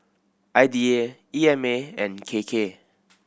I D A E M A and K K